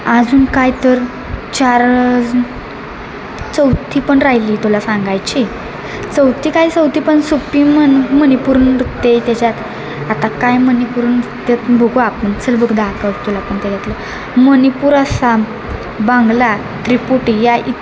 अजून काय तर चार चौथी पण राहिली तुला सांगायची चौथी काय चौथी पण सोपी मन मणिपूर नृत्य आहे त्याच्यात आता काय मणिपूर नृत्य बघू आपण चल बघू दाखव तुला पण त्याच्यातलं मणिपूर आसाम बांगला त्रिपुटी या इ